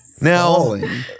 Now